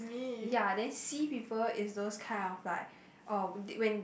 ya then C people is those kind of like orh when